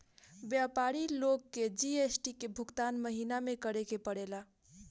व्यापारी लोग के जी.एस.टी के भुगतान महीना में करे के पड़ेला